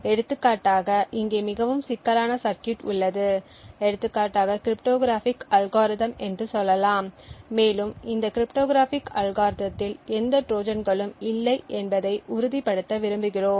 எடுத்துக்காட்டாக இங்கே மிகவும் சிக்கலான சர்கியூட் உள்ளது எடுத்துக்காட்டாக கிரிப்டோகிராஃபிக் அல்காரிதம் என்று சொல்லலாம் மேலும் இந்த கிரிப்டோகிராஃபிக் அல்காரிதத்தில் எந்த ட்ரோஜான்களும் இல்லை என்பதை உறுதிப்படுத்த விரும்புகிறோம்